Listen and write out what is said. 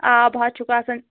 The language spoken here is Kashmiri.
آ پَتہٕ چھُکھ آسان